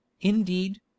indeed